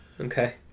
Okay